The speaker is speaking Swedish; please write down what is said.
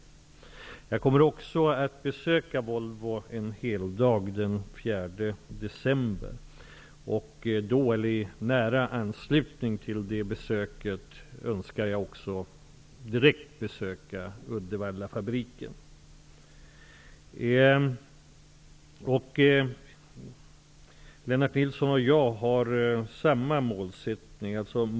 Jag kommer att besöka Volvo en heldag den 4 december. I nära anslutning till det besöket önskar jag också direkt besöka Uddevallafabriken. Lennart Nilsson och jag har samma målsättning.